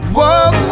Whoa